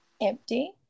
empty